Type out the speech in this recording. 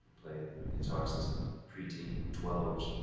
played guitar since i was a preteen, twelve